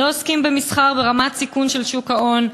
לא עוסקים במסחר ברמת סיכון של שוק ההון,